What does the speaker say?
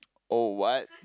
oh what